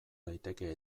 daiteke